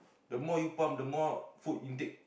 the more you pump the more food intake